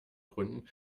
gründen